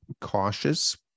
cautious